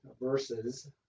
verses